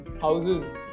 houses